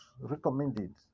recommended